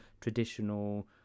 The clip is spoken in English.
traditional